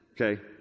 okay